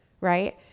Right